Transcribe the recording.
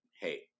hey